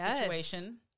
situation